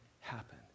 happen